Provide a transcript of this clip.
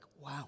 wow